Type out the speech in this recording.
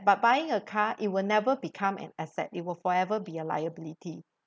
but buying a car it will never be an asset it will forever be a liability